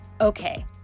Okay